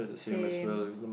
same